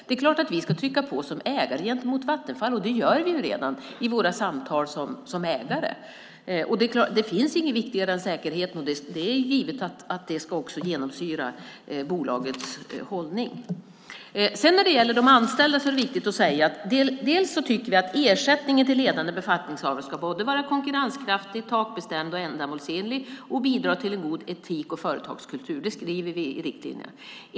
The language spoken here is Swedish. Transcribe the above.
Det är klart att vi ska trycka på som ägare gentemot Vattenfall. Det gör vi ju redan i våra samtal. Det finns inget viktigare än säkerheten. Det är givet att det också ska genomsyra bolagets hållning. När det gäller de anställda är det viktigt att säga att vi tycker att ersättningen till ledande befattningshavare ska vara konkurrenskraftig, takbestämd och ändamålsenlig samt bidra till en god etik och företagskultur. Det skriver vi i riktlinjerna.